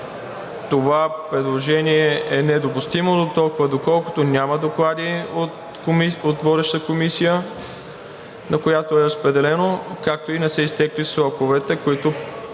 Това предложение е недопустимо, доколкото няма доклад от водещата Комисия, на която е разпределен, както и не са изтекли сроковете, които